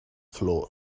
floor